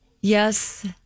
Yes